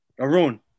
Arun